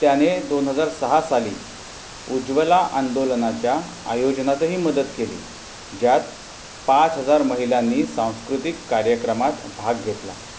त्याने दोन हजार सहा साली उज्ज्वला आंदोलनाच्या आयोजनातही मदत केली ज्यात पाच हजार महिलांनी सांस्कृतिक कार्यक्रमात भाग घेतला